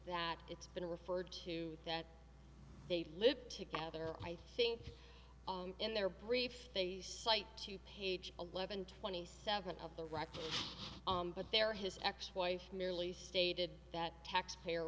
that it's been referred to that they live together i think in their brief they cite to page eleven twenty seven of the record but there his ex wife merely stated that taxpayer